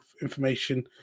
information